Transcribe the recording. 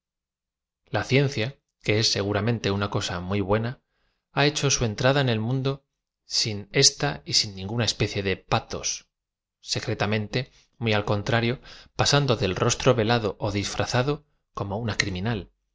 a ciencia que es seguramente una cosa m uy buena ha hecho su entra da en el mundo sin ésta y sin ninguna especie de pa thos secretamente muy al contrario pasando el ros tro velado ó disfrazado como una criminal